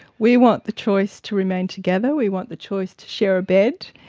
we want the choice to remain together, we want the choice to share a bed,